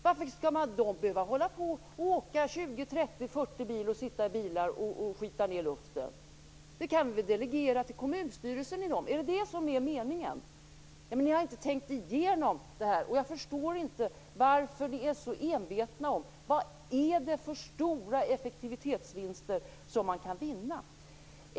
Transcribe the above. Varför skall folk behöva åka bil 20 till 40 mil och skita ned luften, när vi kan delegera till kommunstyrelsen? Är det detta som är meningen? Ni har inte tänkt igenom det här, och jag förstår inte varför ni är så envetna. Vad är det för stora effektivitetsvinster som kan göras?